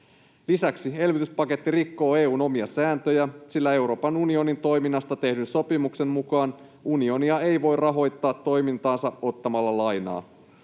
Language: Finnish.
Lisäksi elvytyspaketti rikkoo EU:n omia sääntöjä, sillä Euroopan unionin toiminnasta tehdyn sopimuksen mukaan unioni ei voi rahoittaa toimintaansa ottamalla lainaa.